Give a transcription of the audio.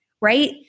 right